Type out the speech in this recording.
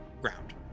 ground